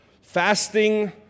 Fasting